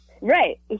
Right